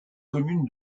commune